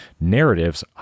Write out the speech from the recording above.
narratives